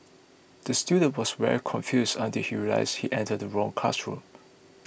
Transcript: the student was very confused until he realised he entered the wrong classroom